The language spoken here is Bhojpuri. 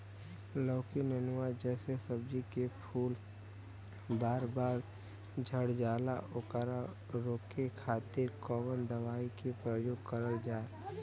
लौकी नेनुआ जैसे सब्जी के फूल बार बार झड़जाला ओकरा रोके खातीर कवन दवाई के प्रयोग करल जा?